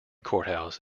courthouse